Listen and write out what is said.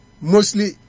Mostly